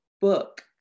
book